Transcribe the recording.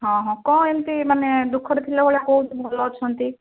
ହଁ ହଁ କ'ଣ ଏମିତି ମାନେ ଦୁଃଖରେ ଥିଲା ଭଳିଆ କହୁଛୁ ଭଲ ଅଛନ୍ତି